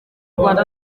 rwanda